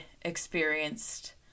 experienced